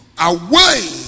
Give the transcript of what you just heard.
away